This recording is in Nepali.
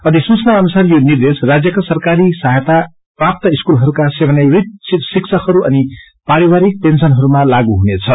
अधिसूचना अनुसार योनिर्देश राज्यका सरकारी सहाायता प्राप्त स्कूलहरूका सेवानिवृत शिक्षकहरू अनि पारिवारिक पेन्सहरूमा लागू हुनेछ